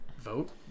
vote